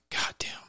Goddamn